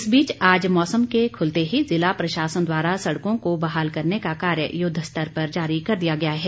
इस बीच आज मौसम के खुलते ही ज़िला प्रशासन द्वारा सड़कों को बहाल करने का कार्य युद्ध स्तर पर जारी कर दिया गया है